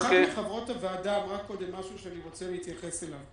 אחת מחברות הוועדה אמרה קודם משהו שאני רוצה להתייחס אליו.